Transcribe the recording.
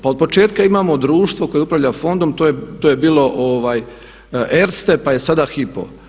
Pa od početka imamo društvo koje upravlja fondom, to je bilo Erste, pa je sada Hypo.